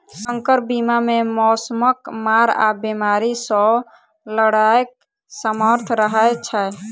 सँकर बीया मे मौसमक मार आ बेमारी सँ लड़ैक सामर्थ रहै छै